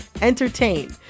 entertain